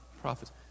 prophets